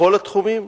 בכל התחומים,